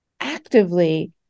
actively